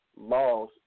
laws